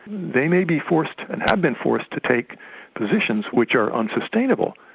they may be forced, and have been forced to take positions which are unsustainable,